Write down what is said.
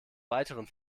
weiteren